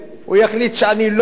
הוא יחליט שאני לא,